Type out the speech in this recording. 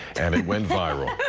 and it went viral.